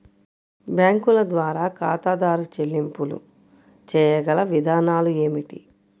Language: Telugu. బ్యాంకుల ద్వారా ఖాతాదారు చెల్లింపులు చేయగల విధానాలు ఏమిటి?